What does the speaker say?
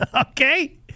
Okay